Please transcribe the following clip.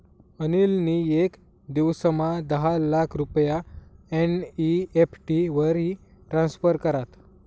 अनिल नी येक दिवसमा दहा लाख रुपया एन.ई.एफ.टी वरी ट्रान्स्फर करात